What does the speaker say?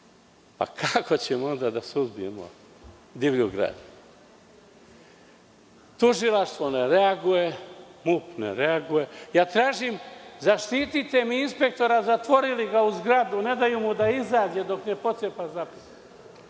gradi?“Kako ćemo onda da suzbijemo divlju gradnju? Tužilaštvo ne reaguje, MUP ne reaguje. Ja tražim – zaštitite mi inspektora, zatvorili ga u zgradu, ne daju mu da izađe dok ne pocepa zapisnik,